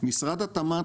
משרד התמ"ת,